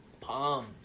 Palm